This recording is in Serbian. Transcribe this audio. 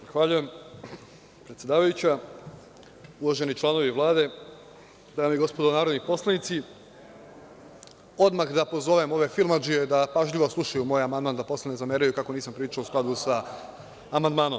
Zahvaljujem predsedavajuća, uvaženi članovi Vlade, dame i gospodo narodni poslanici, odmah da pozovem ove filmadžije da pažljivo slušaju moj amandman da posle ne zameraju kako nisam pričao u skladu sa amandmanom.